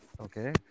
Okay